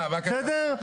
בסדר.